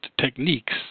techniques